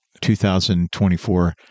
2024